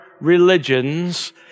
religions